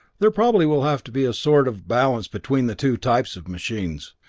there probably will have to be a sort of balance between the two types of machines.